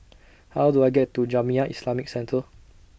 How Do I get to Jamiyah Islamic Centre